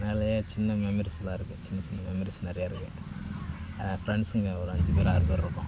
மேலேயே சின்ன மெமரிஸ் வருது சின்ன சின்ன மெமரிஸ்லாம் நிறையா இருக்கு ஃப்ரெண்ட்ஸுங்க ஒரு அஞ்சு பேர் ஆறு பேர் இருக்கோம்